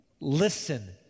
Listen